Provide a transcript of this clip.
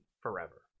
forever